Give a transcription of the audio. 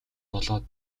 болоод